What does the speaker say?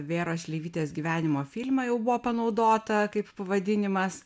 vėros šleivytės gyvenimo filme jau buvo panaudota kaip pavadinimas